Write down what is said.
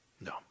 No